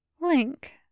Link